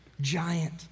Giant